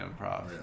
improv